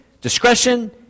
discretion